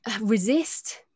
resist